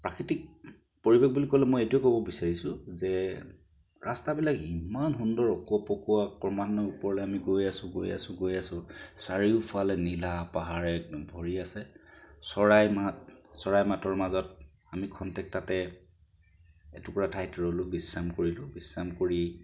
প্ৰাকৃতিক পৰিৱেশ বুলি ক'লে মই এইটোৱেই ক'ব বিচাৰিছোঁ যে ৰাস্তাবিলাক ইমান সুন্দৰ অকোৱা পকোৱা ক্ৰমান্বয়ে ওপৰলৈ আমি গৈ আছোঁ গৈ আছোঁ গৈ আছোঁ চাৰিওফালে নীলা পাহাৰে একদম ভৰি আছে চৰাই মাত চৰাইৰ মাতৰ মাজত আমি ক্ষন্তেক তাতে এটুকুৰা ঠাইত ৰ'লোঁ বিশ্ৰাম কৰিলোঁ বিশ্ৰাম কৰি